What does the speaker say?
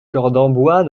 cordenbois